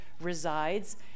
resides